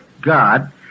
God